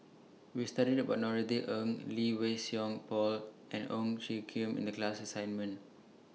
We studied about Norothy Ng Lee Wei Song Paul and Ong Tjoe Kim in The class assignment